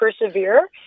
persevere